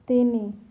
ତିନି